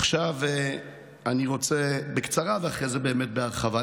עכשיו אני רוצה בקצרה, ואחרי זה באמת בהרחבה.